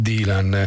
Dylan